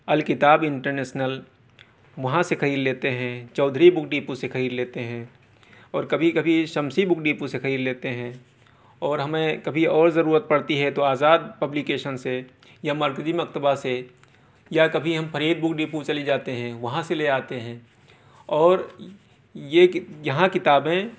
الکتاب انٹرنیشنل وہاں سے خرید لیتے ہیں چودھری بک ڈیپو سے خرید لیتے ہیں اور کبھی کبھی شمسی بک ڈیپو سے خرید لیتے ہیں اور ہمیں کبھی اور ضرورت پڑتی ہے تو آزاد پبلیکیشن سے یا مرکزی مکتبہ سے یا کبھی ہم فرید بک ڈیپو چلے جاتے ہیں وہاں سے لے آتے ہیں اور یہ کہ یہاں کتابیں